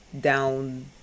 down